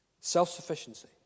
Self-sufficiency